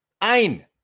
Ein